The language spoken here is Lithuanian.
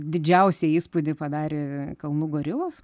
didžiausią įspūdį padarė kalnų gorilos